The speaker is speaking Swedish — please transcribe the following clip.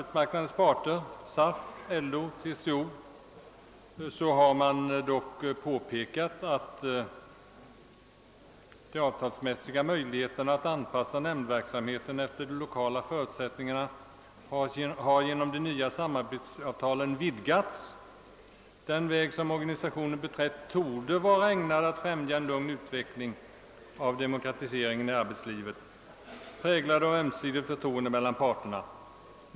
SAF har påpekat, att de avtalsmässiga möjligheterna att anpassa nämndverksamheten efter de lokala förutsättningarna har vidgats genom det nya samarbetsavtal som har träffats. Den väg, som organisationerna beträtt, torde vara ägnad att främja en lugn utveckling av demokratiseringen i arbetslivet, präglad av ömsesidigt förtroende mellan parterna. även LO och TCO erinrar om detta avtal.